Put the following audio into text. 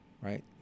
right